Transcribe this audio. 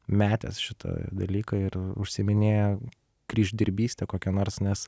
metęs šitą dalyką ir užsiiminėja kryždirbyste kokia nors nes